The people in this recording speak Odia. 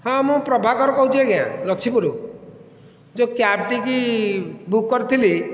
ହଁ ମୁଁ ପ୍ରଭାକର କହୁଚି ଆଜ୍ଞା ଲଛିପୁର ଯେଉଁ କ୍ୟାବ୍ଟିକି ବୁକ୍ କରିଥିଲି